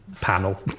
panel